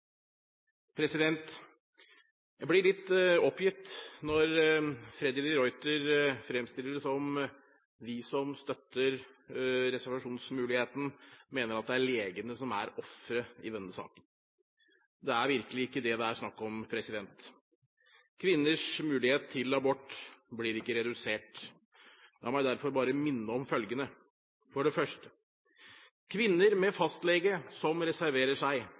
Jeg blir litt oppgitt når Freddy de Ruiter fremstiller det som om vi som støtter reservasjonsmuligheten, mener at det er legene som er ofre i denne saken. Det er virkelig ikke det det er snakk om. Kvinners mulighet til abort blir ikke redusert. La meg derfor bare minne om følgende: For det første: Kvinner med fastlege som reserverer seg,